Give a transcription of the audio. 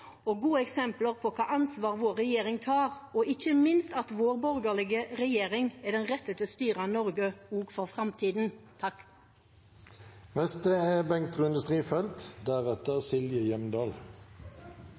og gode eksempler på hvilket ansvar vår regjering tar, og ikke minst på at vår borgerlige regjering er den rette til å styre Norge også for framtiden. Flere jobber og høy sysselsetting er